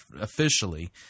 officially